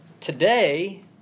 Today